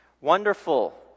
wonderful